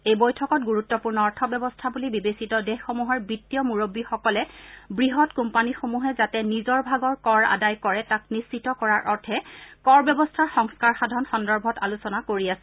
এই বৈঠকত ণ্ডৰুত্পূৰ্ণ অৰ্থব্যৱস্থা বুলি বিবেচিত দেশসমূহৰ বিত্তীয় মুৰববীসকলে বৃহৎ কোম্পানীসমূহে যাতে নিজৰ ভাগৰ কৰ আদায় কৰে তাক নিশ্চিত কৰাৰ অৰ্থে কৰ ব্যৱস্থাৰ সংস্কাৰ সাধন সন্দৰ্ভত আলোচনা কৰি আছে